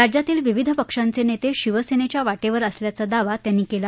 राज्यातील विविध पक्षांचे नेते शिवसेनेच्या वाटेवर असल्याचा दावा त्यांनी केला